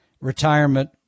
retirement